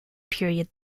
period